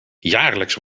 jaarlijks